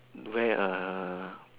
wear a